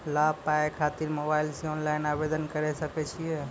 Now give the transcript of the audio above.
लाभ पाबय खातिर मोबाइल से ऑनलाइन आवेदन करें सकय छियै?